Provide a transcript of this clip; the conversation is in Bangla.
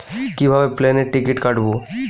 কিভাবে প্লেনের টিকিট কাটব?